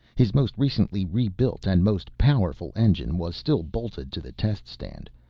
his most recently rebuilt and most powerful engine was still bolted to the test stand,